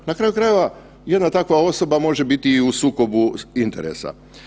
Na kraju krajeva jedna takva osoba može biti i u sukobu interesa.